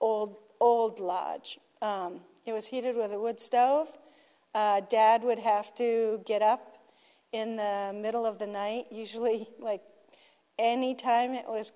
old old lodge it was heated with a wood stove dad would have to get up in the middle of the night usually like any time it was